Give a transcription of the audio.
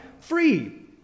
free